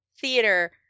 theater